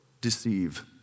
deceive